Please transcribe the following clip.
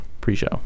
pre-show